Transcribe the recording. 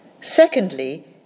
Secondly